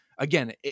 Again